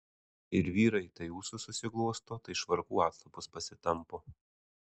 ir vyrai tai ūsus susiglosto tai švarkų atlapus pasitampo